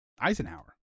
Eisenhower